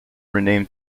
renamed